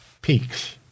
Peaks